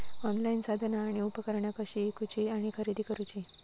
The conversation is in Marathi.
ऑनलाईन साधना आणि उपकरणा कशी ईकूची आणि खरेदी करुची?